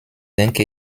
denke